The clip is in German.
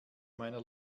meiner